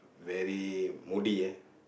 very moody eh